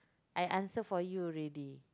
I answer for you already